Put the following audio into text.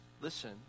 listen